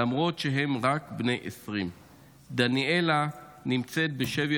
למרות שהם רק בני 20. דניאלה נמצאת בשבי